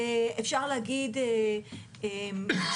אפשר להגיד --- רק,